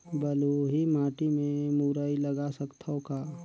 बलुही माटी मे मुरई लगा सकथव का?